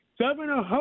Governor